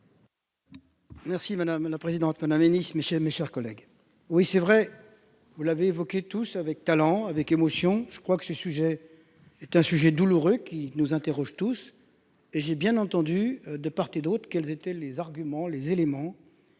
Merci madame la présidente, madame Hennis, messieurs, mes chers collègues. Oui c'est vrai vous l'avez évoqué tous avec talent avec émotion. Je crois que ce sujet est un sujet douloureux qui nous interrogent tous et j'ai bien entendu de part et d'autre, quels étaient les arguments les éléments.